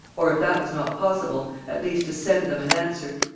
or, if that was not possible, at least to send them an answer.